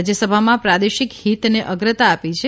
રાજયસભામાં પ્રાદેશિક હીતને અગ્રતા આપી છે